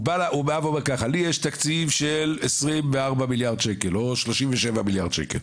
הוא אומר ככה: לי יש תקציב של 24 מיליארד שקל או 37 מיליארד שקל